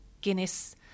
Guinness